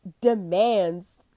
demands